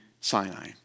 Sinai